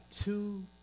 two